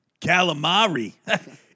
calamari